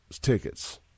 tickets